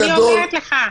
אבל אני אומרת לך: